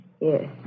Yes